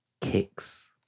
kicks